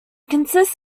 consists